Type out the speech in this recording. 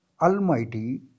Almighty